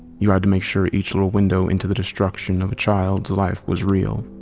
you had to make sure each little window into the destruction of a child's life was real.